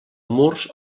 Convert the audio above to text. murs